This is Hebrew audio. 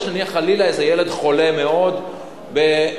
יש חלילה איזה ילד חולה מאוד במחלות,